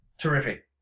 Terrific